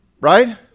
Right